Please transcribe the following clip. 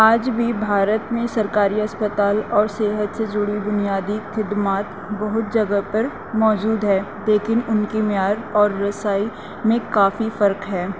آج بھی بھارت میں سرکاری اسپتال اور صحت سے جڑی بنیادی خدمات بہت جگہ پر موجود ہے لیکن ان کی معیار اور رسائی میں کافی فرق ہے